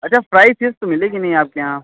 अच्छा fry fish तो मिलेगी नहीं आपके यहाँ